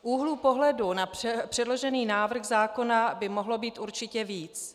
Úhlů pohledu na předložený návrh zákona by mohlo být určitě víc.